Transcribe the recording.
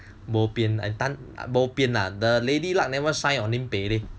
bo pian bo pian the lady lah never shine on limpeh leh